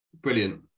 brilliant